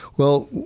well,